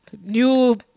New